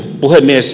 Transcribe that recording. puhemies